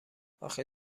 آخه